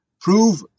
prove